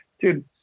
dude